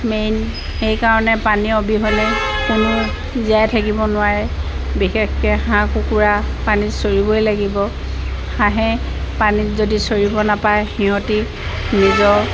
main সেইকাৰণে পানী অবিহনে কোনো জীয়াই থাকিব নোৱাৰে বিশেষকৈ হাঁহ কুকুৰা পানীত চৰিবই লাগিব হাঁহে পানীত যদি চৰিব নাপায় সিহঁতে নিজৰ